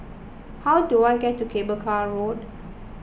how do I get to Cable Car Road